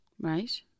right